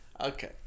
Okay